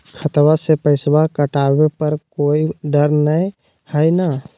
खतबा से पैसबा कटाबे पर कोइ डर नय हय ना?